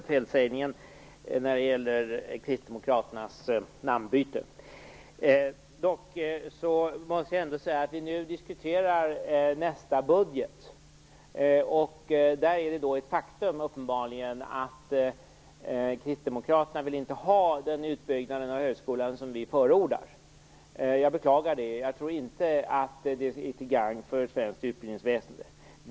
Fru talman! Jag beklagar felsägningen vad gäller Vi diskuterar nu nästa budget. Det är uppenbarligen ett faktum att kristdemokraterna inte vill ha den utbyggnad av högskolan som vi förordar. Jag beklagar det. Jag tror inte att det är till gagn för svenskt utbildningsväsende.